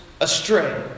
astray